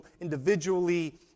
individually